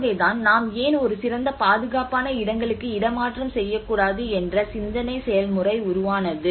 ஆகவேதான் நாம் ஏன் ஒரு சிறந்த பாதுகாப்பான இடங்களுக்கு இடமாற்றம் செய்யக்கூடாது என்ற சிந்தனை செயல்முறை உருவானது